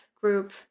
group